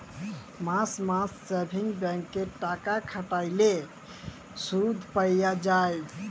মাস মাস savings bank এ টাকা খাটাল্যে শুধ পাই যায়